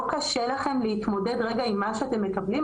לא קשה לכן להתמודד עם מה שאתן מקבלות?